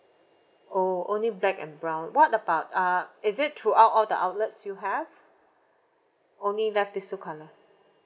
oh only black and brown what about uh is it throughout all the outlets you have only left these two colour